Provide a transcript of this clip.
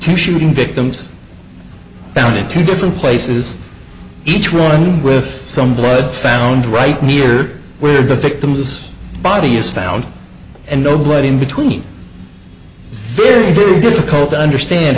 to shooting victims found in two different places each one with some blood found right near where the victim's body is found and nobody in between it's very difficult to understand